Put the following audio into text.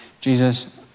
Jesus